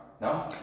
No